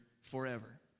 forever